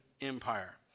Empire